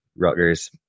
Rutgers